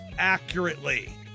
accurately